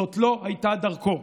זאת לא הייתה דרכו.